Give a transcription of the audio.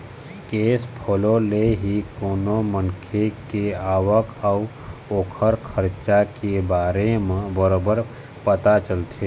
cash flow ले ही कोनो मनखे के आवक अउ ओखर खरचा के बारे म बरोबर पता चलथे